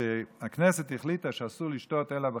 כשהכנסת החליטה שאסור לשתות אלא בחד-פעמי,